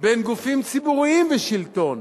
בין גופים ציבוריים ושלטון,